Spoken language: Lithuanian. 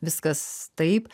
viskas taip